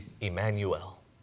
Emmanuel